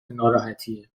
ناراحتیه